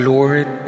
Lord